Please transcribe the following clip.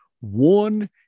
One